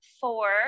Four